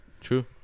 True